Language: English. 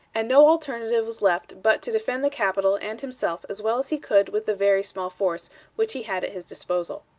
and no alternative was left but to defend the capital and himself as well as he could with the very small force which he had at his disposal.